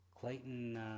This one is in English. Clayton